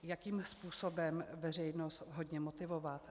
Jakým způsobem veřejnost vhodně motivovat?